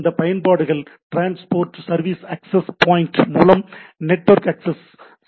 இந்த பயன்பாடுகள் transport service access point மூலம் நெட்வொர்க் ஆக்சஸ் செய்கிறது